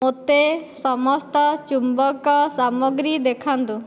ମୋତେ ସମସ୍ତ ଚୁମ୍ବକ ସାମଗ୍ରୀ ଦେଖାନ୍ତୁ